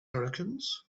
hurricanes